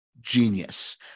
genius